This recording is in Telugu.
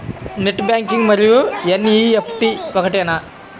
నెట్ బ్యాంకింగ్ మరియు ఎన్.ఈ.ఎఫ్.టీ ఒకటేనా?